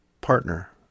partner